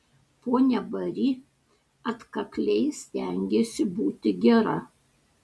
ponia bari atkakliai stengėsi būti gera